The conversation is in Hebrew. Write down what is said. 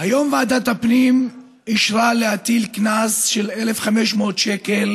היום ועדת הפנים אישרה להטיל קנס של 1,500 שקל